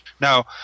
Now